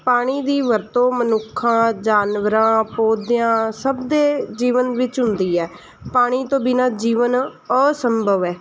ਪਾਣੀ ਦੀ ਵਰਤੋਂ ਮਨੁੱਖਾਂ ਜਾਨਵਰਾਂ ਪੌਦਿਆਂ ਸਭ ਦੇ ਜੀਵਨ ਵਿੱਚ ਹੁੰਦੀ ਹੈ ਪਾਣੀ ਤੋਂ ਬਿਨਾਂ ਜੀਵਨ ਅਸੰਭਵ ਹੈ